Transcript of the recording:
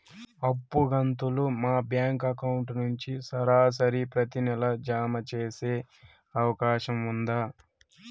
అప్పు కంతులు మా బ్యాంకు అకౌంట్ నుంచి సరాసరి ప్రతి నెల జామ సేసే అవకాశం ఉందా?